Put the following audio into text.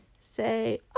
Say